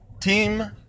Team